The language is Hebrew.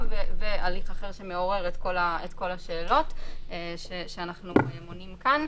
והליך אחר שממעורר את כל השאלות שאנחנו מונים כאן.